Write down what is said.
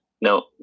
No